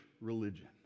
religion